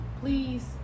please